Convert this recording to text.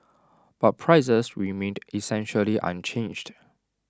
but prices remained essentially unchanged